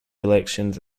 elections